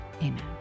amen